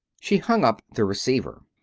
she hung up the receiver.